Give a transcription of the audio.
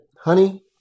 honey